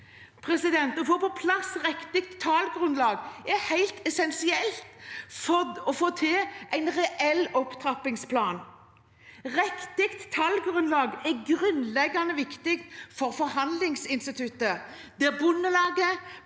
Å få på plass riktig tallgrunnlag er helt essensielt for å få til en reell opptrappingsplan. Riktig tallgrunnlag er grunnleggende viktig for forhandlingsinstituttet, der Norges